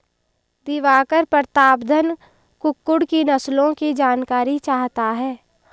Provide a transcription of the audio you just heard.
दिवाकर प्रतापधन कुक्कुट की नस्लों की जानकारी चाहता है